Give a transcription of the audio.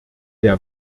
der